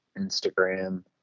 Instagram